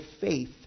faith